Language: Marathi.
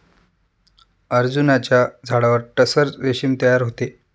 अर्जुनाच्या झाडावर टसर रेशीम तयार होते